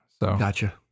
Gotcha